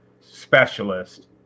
specialist